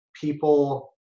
people